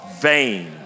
vain